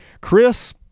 Chris